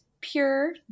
pure